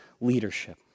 leadership